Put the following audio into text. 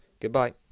Goodbye